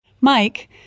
Mike